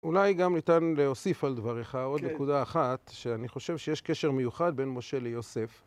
אולי גם ניתן להוסיף על דבריך עוד נקודה אחת שאני חושב שיש קשר מיוחד בין משה ליוסף.